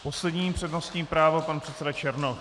Poslední přednostní právo pan předseda Černoch.